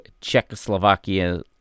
Czechoslovakia